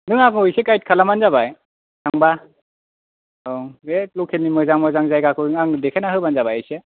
नों आंखौ एसे गाइद खालाम बानो जाबाय आं थांबा औ बे लखेलनि मोजां मोजां जायगाखौ आंनो देखायनानै होबानो जाबाय एसे